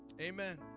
Amen